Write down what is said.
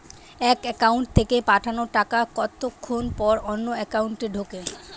এক একাউন্ট থেকে পাঠানো টাকা কতক্ষন পর অন্য একাউন্টে ঢোকে?